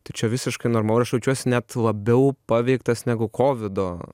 tai čia visiškai normalu ir aš jaučiuosi net labiau paveiktas negu kovido